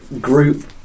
group